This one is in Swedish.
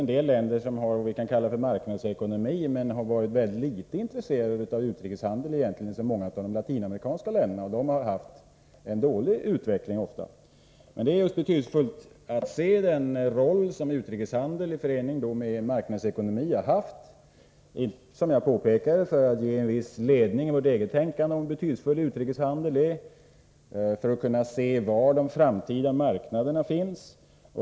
En del länder har vad vi kan kalla marknadsekonomi men har varit föga intresserade av utrikeshandeln, t.ex. många av de latinamerikanska länderna. De har därför ofta haft en dålig utveckling. Det är intressant att se vilken roll utrikeshandeln i förening med marknadsekonomi har spelat. Det ger en viss ledning för vårt eget tänkande om hur betydelsefull utrikeshandeln är och när det gäller att kunna se var de framtida marknaderna finns.